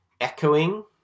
echoing